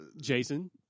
jason